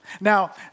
Now